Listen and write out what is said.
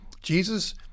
Jesus